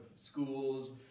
schools